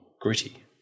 gritty